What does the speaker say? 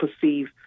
perceive